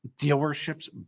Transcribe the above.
dealerships